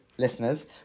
Listeners